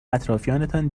اطرافیانتان